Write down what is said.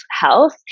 health